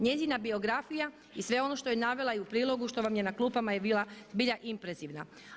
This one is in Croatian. Njezina biografija i sve ono što je navela i u prilogu što vam je na klupama je zbilja impresivna.